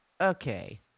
Okay